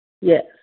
Yes